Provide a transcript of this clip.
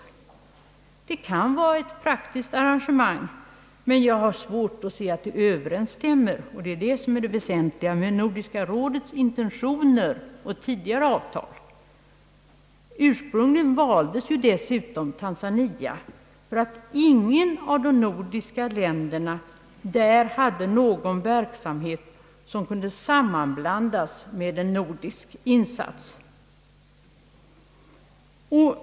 Detta kan vara ett praktiskt arrangemang, men jag har svårt att se att det överens stämmer — och det är det som här är det väsentliga — med Nordiska rådets intentioner och tidigare avtal. Ur sprungligen valdes ju dessutom Tanzania för att inget av de nordiska länderna där hade någon verksamhet som kunde sammanblandas med en nordisk insats.